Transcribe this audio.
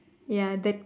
ya that